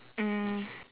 um